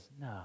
no